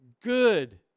good